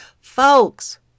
Folks